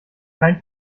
kein